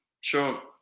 Sure